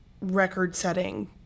record-setting